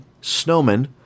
snowman